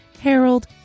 Harold